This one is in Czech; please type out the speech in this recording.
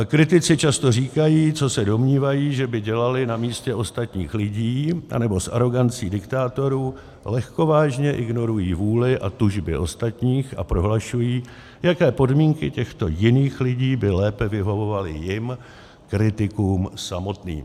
Kritici často říkají, co se domnívají, co by dělali na místě ostatních lidí, nebo s arogancí diktátorů lehkovážně ignorují vůli a tužby ostatních a prohlašují, jaké podmínky těchto jiných lidí by lépe vyhovovaly jim, kritikům samotným.